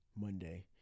Monday